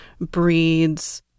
breeds